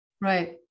right